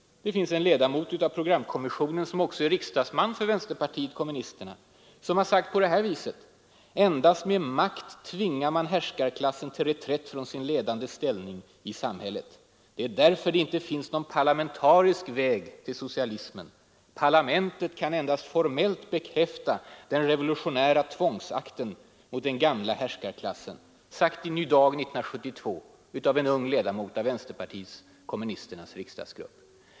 Det finns en ledamot av programkommissionen, som också är riksdagsman för vänsterpartiet kommunisterna. Han har sagt på det här viset: ”Endast med makt tvingar man härskarklassen till reträtt från sin ledande ställning i samhället. ——— Det är därför det inte finns någon parlamentarisk väg till socialismen. Parlamentet kan endast formellt bekräfta den revolutionära tvångsakten mot den gamla härskarklassen.” Det är sagt i Ny Dag 1972 av en ung ledamot av vänsterpartiet kommunisternas riksdagsgrupp, Jörn Svensson.